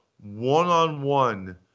one-on-one